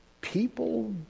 people